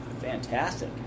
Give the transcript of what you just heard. fantastic